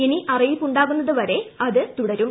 ഇനി അറിയ്ടിപ്പുണ്ട്ാകുന്നത് വരെ ഇത് തുടരും